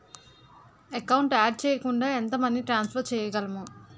Account add చేయకుండా ఎంత money transfer చేయగలము?